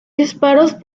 disparos